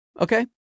okay